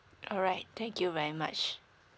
alright thank you very much